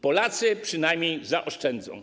Polacy przynajmniej zaoszczędzą.